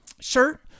shirt